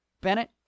Bennett